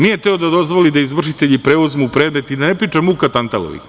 Nije hteo da dozvoli da izvršitelji preuzmu predmet i da ne pričam muka Tantalovih.